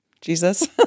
Jesus